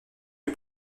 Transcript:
est